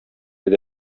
иде